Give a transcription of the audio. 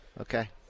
Okay